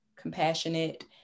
compassionate